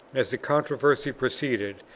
as the controversy proceeded,